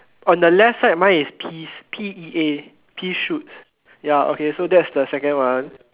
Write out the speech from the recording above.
on the left side mine is peas p e a pea shoot ya okay so that's the second one